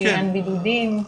לעניין בידודים.